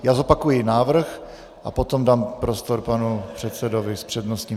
Já zopakuji návrh a potom dám prostor panu předsedovi s přednostním.